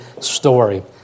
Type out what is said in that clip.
story